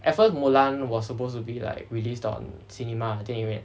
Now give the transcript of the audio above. at first mulan was supposed to be like released on cinema 电影院